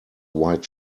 white